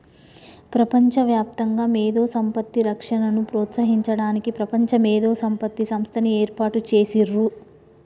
ప్రపంచవ్యాప్తంగా మేధో సంపత్తి రక్షణను ప్రోత్సహించడానికి ప్రపంచ మేధో సంపత్తి సంస్థని ఏర్పాటు చేసిర్రు